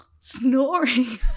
Snoring